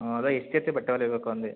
ಅದೆ ಎಷ್ಟು ಜೊತೆ ಬಟ್ಟೆ ಹೊಲಿಬೇಕು ಅಂದೆ